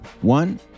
one